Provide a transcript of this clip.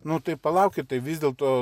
nu tai palaukit tai vis dėlto